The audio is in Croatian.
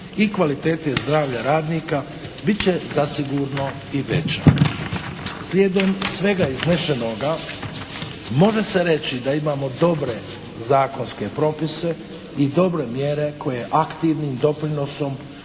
i kvalitete zdravlja radnika bit će zasigurno i veća. Slijedom svega iznesenoga može se reći da imamo dobre zakonske propise i dobre mjere koje aktivnim doprinosom